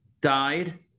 died